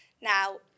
Now